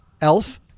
Elf